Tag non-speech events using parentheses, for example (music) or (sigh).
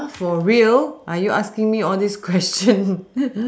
for real are you asking me all these questions (laughs)